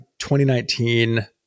2019